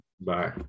Bye